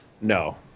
No